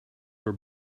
were